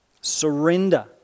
Surrender